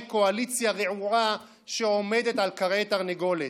קואליציה רעועה שעומדת על כרעי תרנגולת.